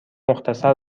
مختصر